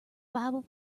bible